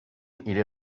hire